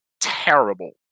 terrible